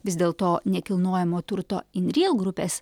vis dėlto nekilnojamo turto in ryl grupės